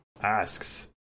asks